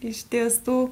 iš tiesų